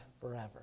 forever